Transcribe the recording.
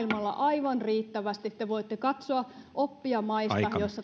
aivan riittävästi te voitte katsoa oppia maista joissa